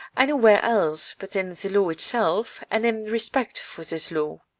anywhere else but in the law itself and in respect for this law.